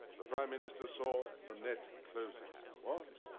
the prime minister saw the net closing. what?